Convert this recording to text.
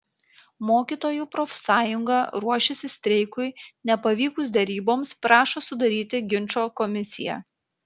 mokytojų profsąjunga ruošiasi streikui nepavykus deryboms prašo sudaryti ginčo komisiją